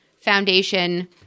Foundation